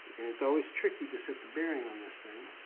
and it's always tricky to set the bearing on this thing